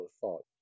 thought